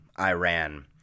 Iran